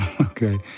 Okay